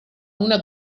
una